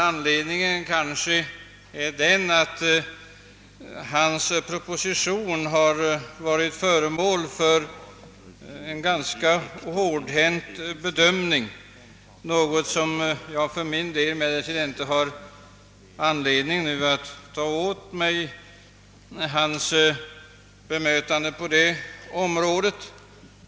Anledningen därtill kanske är att hans proposition har utsatts för ganska hårdhänt bedömning. Jag har för min del inte anledning att ta åt mig av hans argumentation och bemöta kritiken.